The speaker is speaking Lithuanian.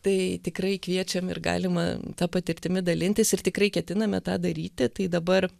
tai tikrai kviečiam ir galima ta patirtimi dalintis ir tikrai ketiname tą daryti tai dabar